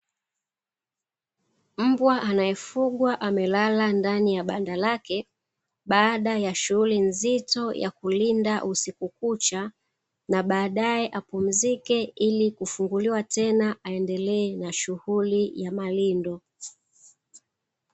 Mbwa anaefugwa amelala ndani ya banda lake, baada ya shughuli nzito ya kulinda usiku kucha na baadae apumzike ili kufunguliwa tena aendelee na shughuli ya malindo.